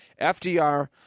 FDR